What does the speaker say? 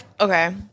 okay